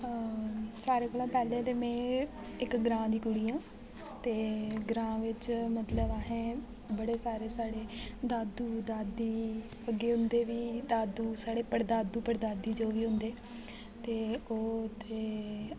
सारे कोला पैह्ले ते में इक ग्रांऽ दी कुड़ी आं ते ग्रांऽ बिच मतलब अहें बड़े सारे साढ़े दादू दादी अग्गें उं'दे बी दादू साढ़े पड़दादू पड़दादी जो बी होंदे ते ओह् उ'त्थें